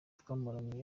twamaranye